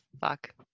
fuck